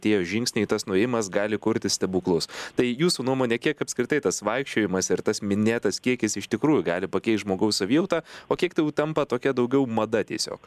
tie žingsniai tas nuėjimas gali kurti stebuklus tai jūsų nuomone kiek apskritai tas vaikščiojimas ir tas minėtas kiekis iš tikrųjų gali pakeist žmogaus savijautą o kiek tai jau tampa tokia daugiau mada tiesiog